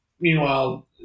meanwhile